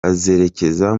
azerekeza